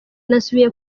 nasubiye